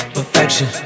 Perfection